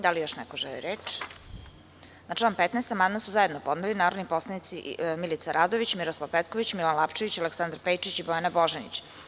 Da li još neko želi reč? (Ne) Na član 15. amandman su zajedno podneli narodni poslanici Milica Radović, Miroslav Petković, Milan Lapčević, Aleksandar Pejčić i Bojana Božanić.